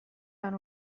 lan